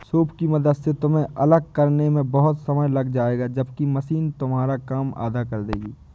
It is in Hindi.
सूप की मदद से तुम्हें अलग करने में बहुत समय लग जाएगा जबकि मशीन तुम्हारा काम आधा कर देगी